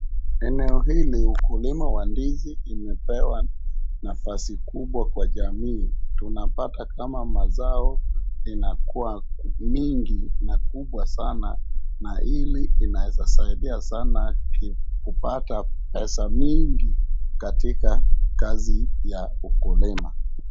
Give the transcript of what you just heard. Eneo hili, ukulima wa ndizi umepewa nafasi kubwa kwa jamii. Tunapata kama mazao inakuwa mingi na kubwa sana na ili inaeza kusaidia sana kupata pesa mingi katika kazi ya ukulima.